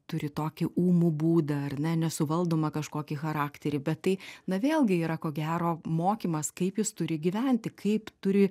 turi tokį ūmų būdą ar ne nesuvaldomą kažkokį charakterį bet tai na vėlgi yra ko gero mokymas kaip jis turi gyventi kaip turi